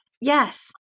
Yes